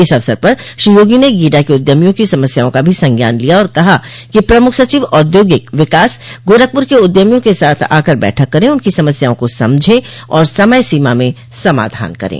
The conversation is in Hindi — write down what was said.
इस अवसर पर श्री योगी ने गीडा के उद्यमियों की समस्याओं का भी संज्ञान लिया और कहा कि प्रमुख सचिव औद्योगिक विकास गोरखपूर के उद्यमियों के साथ आकर बैठक करें उनकी समस्याओं को समझे और समय सीमा में समाधान करें